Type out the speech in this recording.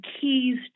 keys